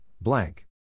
blank